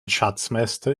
schatzmeister